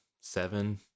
seven